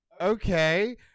okay